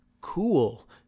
cool